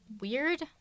weird